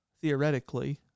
theoretically